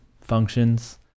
functions